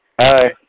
Hi